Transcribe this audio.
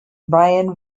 brian